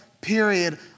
period